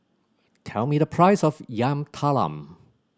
tell me the price of Yam Talam